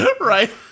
Right